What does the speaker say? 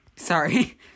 Sorry